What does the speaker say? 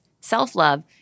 self-love